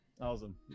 Awesome